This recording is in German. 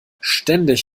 ständig